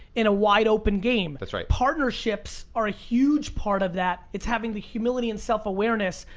in a wide open game. that's right. partnerships are a huge part of that, it's having the humility and self-awareness.